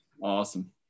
Awesome